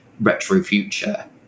retro-future